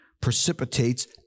precipitates